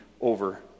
over